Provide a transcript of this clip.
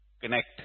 connect